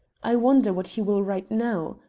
i wonder what he will write now?